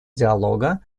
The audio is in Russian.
диалога